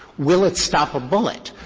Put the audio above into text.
will it stop a bullet?